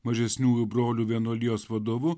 mažesniųjų brolių vienuolijos vadovu